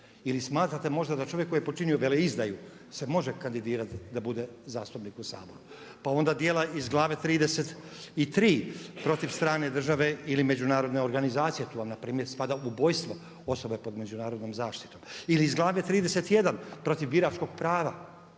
Ili smatrate možda da čovjek koji je počinio veleizdaju se može kandidirati da bude zastupnik u Saboru. Pa onda djela iz glave 33. protiv strane države ili međunarodne organizacije. Tu vam na primjer spada ubojstvo osobe pod međunarodnom zaštitom. Ili iz glave 31. protiv biračkog prava.